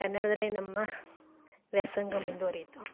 ಕನ್ನಡದಲ್ಲೆ ನಮ್ಮ ವ್ಯಾಸಂಗ ಮುಂದುವರೀತು